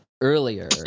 earlier